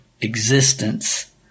existence